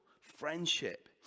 friendship